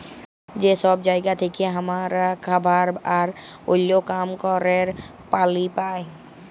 যে সব জায়গা থেক্যে হামরা খাবার আর ওল্য কাম ক্যরের পালি পাই